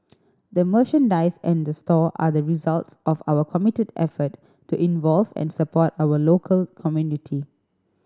the merchandise and the store are the results of our committed effort to involve and support our local community